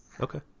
Okay